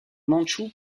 mandchous